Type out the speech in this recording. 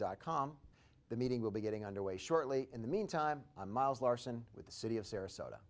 dot com the meeting will be getting underway shortly in the mean time miles larsen with the city of sarasota